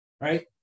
Right